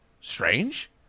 Strange